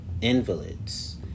invalids